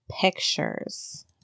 pictures